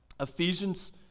Ephesians